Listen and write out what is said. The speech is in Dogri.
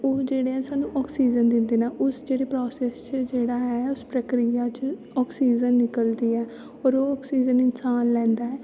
ओह् जेह्ड़े ऐं सानूं आक्सीजन दिंदे न उस जेह्ड़े प्रासैस च जेह्ड़ा ऐ उस प्रक्रिया च आक्सीजन निकलदी ऐ और ओह् आक्सीजन इंसान लैंदा ऐ